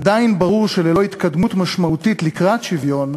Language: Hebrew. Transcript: עדיין ברור שללא התקדמות משמעותית לקראת שוויון,